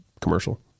commercial